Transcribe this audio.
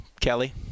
Kelly